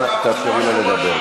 אנא תאפשרו לה לדבר.